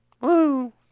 Woo